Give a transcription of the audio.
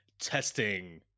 testing